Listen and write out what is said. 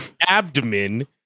abdomen